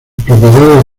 propiedades